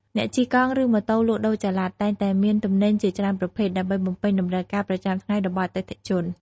អ្នកជិះកង់ ឬម៉ូតូលក់ដូរចល័ត តែងតែមានទំនិញជាច្រើនប្រភេទ ដើម្បីបំពេញតម្រូវការប្រចាំថ្ងៃរបស់អតិថិជន។